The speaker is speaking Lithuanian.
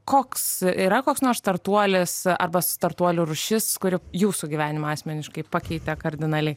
koks yra koks nors startuolis arba startuolių rūšis kuri jūsų gyvenimą asmeniškai pakeitė kardinaliai